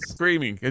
Screaming